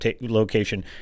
location